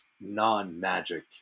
non-magic